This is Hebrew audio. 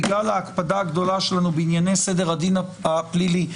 בגלל ההקפדה הגדולה שלנו בענייני סדר הדין הפלילי,